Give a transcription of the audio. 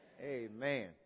Amen